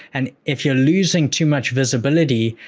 and if you're losing too much visibility,